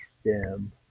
stem